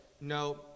no